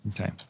Okay